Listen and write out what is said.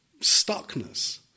stuckness